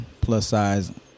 plus-size